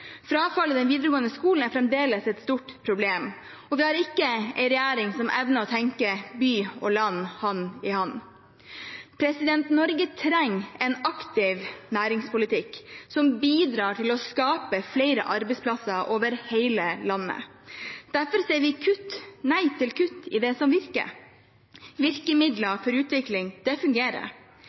Frafallet i den videregående skolen er fremdeles et stort problem, og vi har ikke en regjering som evner å tenke «by og land, hand i hand». Norge trenger en aktiv næringspolitikk som bidrar til å skape flere arbeidsplasser over hele landet. Derfor sier vi nei til kutt i det som virker. Virkemidler for utvikling, det fungerer.